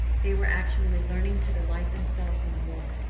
they were actually learning to delight themselves in the lord.